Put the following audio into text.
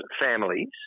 families